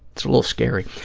it's a little scary.